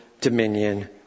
dominion